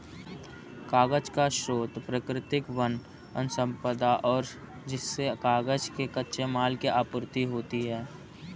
कागज का स्रोत प्राकृतिक वन सम्पदा है जिससे कागज के कच्चे माल की आपूर्ति होती है